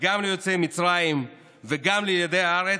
וגם ליוצאי מצרים וגם לילידי הארץ.